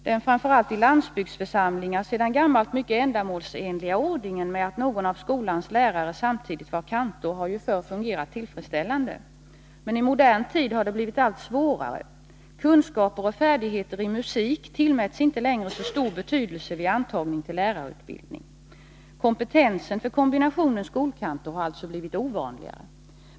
Den framför allt i landsbygdsförsamlingar sedan gammalt mycket ändamålsenliga ordningen, som innebär att någon av skolans lärare samtidigt tjänstgör som kantor, har ju förr fungerat på ett tillfredsställande sätt. Men i modern tid har det blivit allt svårare. Kunskaper och färdigheter i musik tillmäts inte längre lika stor betydelse vid antagningen till lärarutbildning. Att kunna kombinera en lärartjänst med en skolkantorstjänst är alltså numera ovanligare.